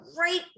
right